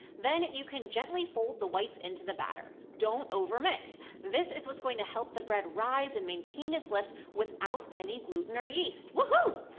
then you can gently fold the whites into the batter. don't overmix this is what's going to help the bread rise and maintain its lift without any gluten or yeast. woo